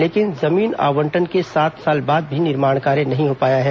लेकिन जमीन आवंटन के सात साल बाद भी निर्माण कार्य नहीं हो पाया है